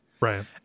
Right